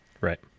Right